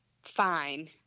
Fine